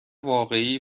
واقعی